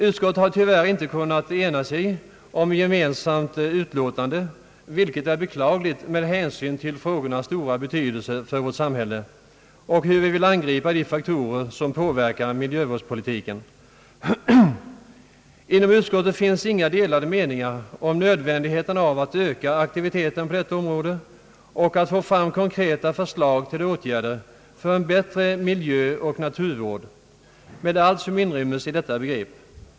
Utskottet har tyvärr inte kunnat ena sig om ett gemensamt utlåtande, vilket är beklagligt med hänsyn till frågornas stora betydelse för vårt samhälle och hur vi skall angripa de faktorer som påverkar miljövården. Inom utskottet finns inga delade meningar om nödvändigheten av att öka aktiviteten på detta område och att få fram konkreta förslag till åtgärder för en bättre miljöoch naturvård, med allt som inrymmes i detta begrepp.